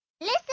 listen